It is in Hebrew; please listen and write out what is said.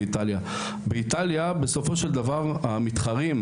באיזה גיל מתחילים להתחרות,